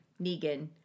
Negan